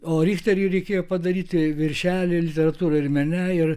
o richteriui reikėjo padaryti viršelį literatūroj ir mene ir